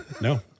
no